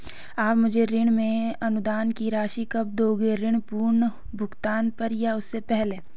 आप मुझे ऋण में अनुदान की राशि कब दोगे ऋण पूर्ण भुगतान पर या उससे पहले?